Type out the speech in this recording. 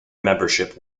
membership